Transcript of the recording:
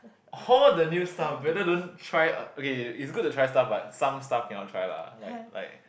hold the new stuff better don't try uh okay is good to try stuff but some stuff cannot try lah like like